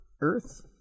Earth